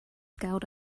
scowled